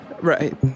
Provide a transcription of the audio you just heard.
Right